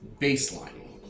baseline